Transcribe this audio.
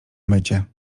mycie